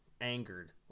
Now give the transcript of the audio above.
angered